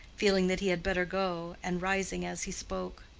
feeling that he had better go, and rising as he spoke.